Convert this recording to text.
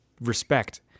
respect